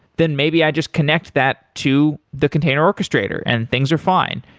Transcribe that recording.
then maybe i just connect that to the container orchestrator and things are fine.